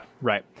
Right